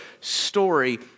story